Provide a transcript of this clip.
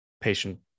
patient